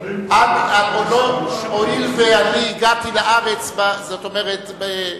הואיל ואני הגעתי לארץ, זאת אומרת,